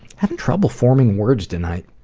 having trouble forming words tonight.